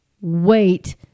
wait